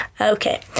Okay